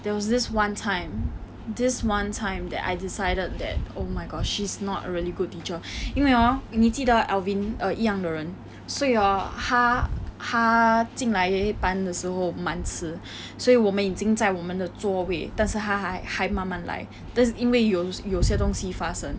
there was this one time this one time that I decided that oh my god she's not a really good teacher 因为 hor 你记得 err alvin 一样的人所以 hor 他他进来班的时候蛮迟所以我们已经在我们的座位但是他还还慢慢来 that's 因为有有些东西发生